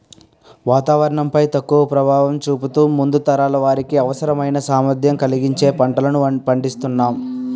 వాతావరణం పై తక్కువ ప్రభావం చూపుతూ ముందు తరాల వారికి అవసరమైన సామర్థ్యం కలిగించే పంటలను పండిస్తునాం